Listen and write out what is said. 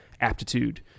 aptitude